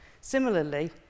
Similarly